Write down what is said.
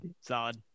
Solid